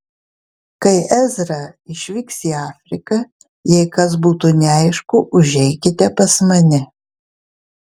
kai ezra išvyks į afriką jei kas būtų neaišku užeikite pas mane